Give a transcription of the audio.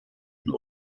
nur